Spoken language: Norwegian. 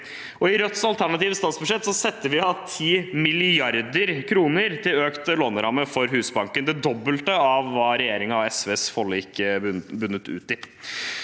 I Rødts alternative statsbudsjett setter vi av 10 mrd. kr til økt låneramme for Husbanken, det dobbelte av hva regjeringen og SVs forlik bunnet ut i.